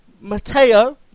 Matteo